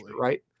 right